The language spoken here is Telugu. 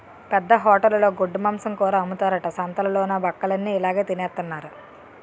పెద్ద హోటలులో గొడ్డుమాంసం కూర అమ్ముతారట సంతాలలోన బక్కలన్ని ఇలాగె తినెత్తన్నారు